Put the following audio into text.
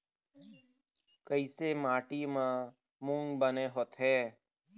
कइसे माटी म मूंग बने होथे?